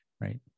right